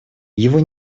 его